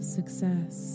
Success